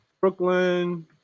Brooklyn